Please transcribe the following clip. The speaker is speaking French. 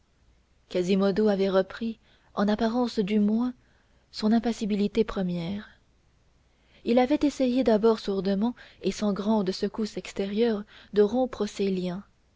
quasimodo avait repris en apparence du moins son impassibilité première il avait essayé d'abord sourdement et sans grande secousse extérieure de rompre ses liens